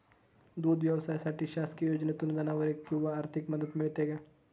दूध व्यवसायासाठी शासकीय योजनेतून जनावरे किंवा आर्थिक मदत मिळते का?